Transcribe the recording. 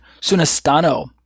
sunestano